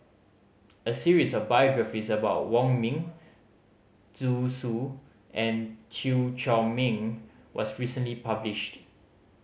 a series of biographies about Wong Ming Zhu S U and Chew Chor Meng was recently published